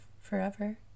forever